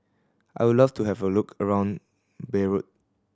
I'll love to have a look around Beirut